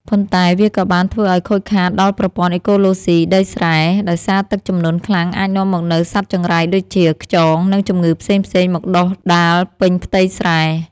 ប៉ុន្តែវាក៏បានធ្វើឱ្យខូចខាតដល់ប្រព័ន្ធអេកូឡូស៊ីដីស្រែ ដោយសារទឹកជំនន់ខ្លាំងអាចនាំមកនូវសត្វចង្រៃដូចជាខ្យង និងជំងឺផ្សេងៗមកដុះដាលពេញផ្ទៃស្រែ។